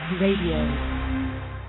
Radio